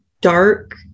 dark